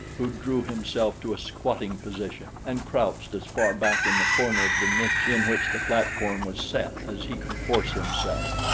who drew himself to a squatting position and crouched as far back in the corner of the niche in which the platform was set as he could force himself.